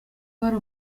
uwari